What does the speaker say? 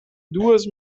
duas